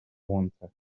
łące